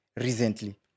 recently